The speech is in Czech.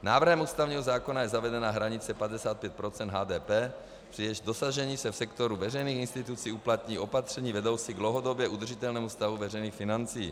Návrhem ústavního zákona je zavedena hranice 55 % HDP, při jejímž dosažení se v sektoru veřejných institucí uplatní opatření vedoucí k dlouhodobě udržitelnému stavu veřejných financí.